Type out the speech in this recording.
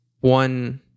one